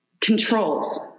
controls